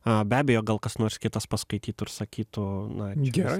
o be abejo gal kas nors kitas paskaitytų ir sakytų na gerai